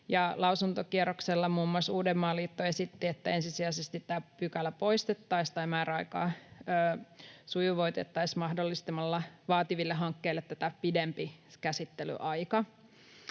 lausuntokierroksella muun muassa Uudenmaan liitto esitti, että ensisijaisesti tämä pykälä poistettaisiin tai määräaikaa sujuvoitettaisiin mahdollistamalla vaativille hankkeille tätä pidempi käsittelyaika.